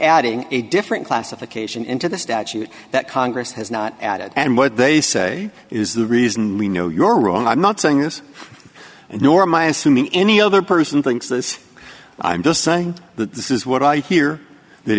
adding a different classification into the statute that congress has not added and what they say is the reason we know you're wrong i'm not saying this nor my assuming any other person thinks this i'm just saying that this is what i hear that